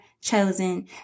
chosen